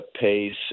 pace